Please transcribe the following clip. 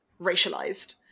racialized